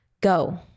go